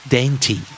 Dainty